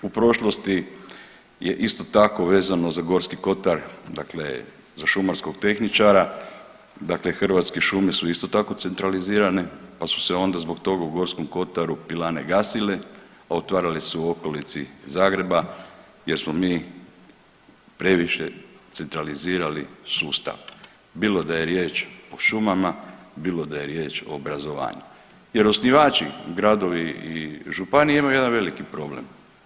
U prošlosti je isto tako vezano za Gorski kotar, dakle za šumarskog tehničara, dakle Hrvatske šume su isto tako centralizirane pa su se onda zbog toga u Gorskom kotaru pilane gasile, a otvarale se u okolici Zagreba jer smo mi previše centralizirali sustav, bilo da je riječ o šumama, bilo da je riječ o obrazovanju jer osnivači gradovi i županije imaju jedan veliki problem.